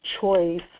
choice